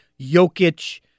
Jokic